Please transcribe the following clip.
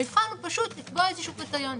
המבחן הוא פשוט לקבוע איזשהו קריטריון,